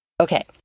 Okay